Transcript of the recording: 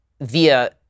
via